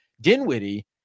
Dinwiddie